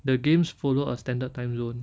the games follow a standard timezone